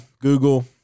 Google